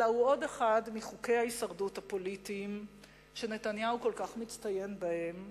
אלא הוא עוד אחד מחוקי ההישרדות הפוליטיים שנתניהו כל כך מצטיין בהם,